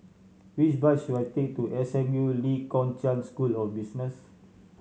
which bus should I take to S M U Lee Kong Chian School of Business